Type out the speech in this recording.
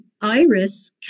Iris